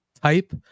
type